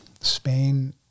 Spain